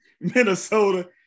minnesota